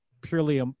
purely